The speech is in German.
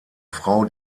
frau